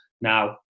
Now